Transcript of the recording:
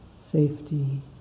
safety